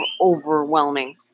overwhelming